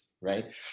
right